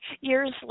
years